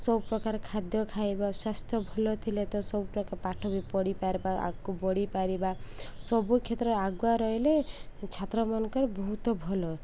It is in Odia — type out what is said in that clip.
ସବୁପ୍ରକାର ଖାଦ୍ୟ ଖାଇବା ସ୍ୱାସ୍ଥ୍ୟ ଭଲ ଥିଲେ ତ ସବୁ ପ୍ରକାର ପାଠ ବି ପଢ଼ିପାରବା ଆଗକୁ ବଢ଼ିପାରିବା ସବୁ କ୍ଷେତ୍ର ଆଗୁଆ ରହିଲେ ଛାତ୍ର ମାନଙ୍କର ବହୁତ ଭଲ